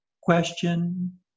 question